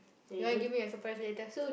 you wanna give me a surprise later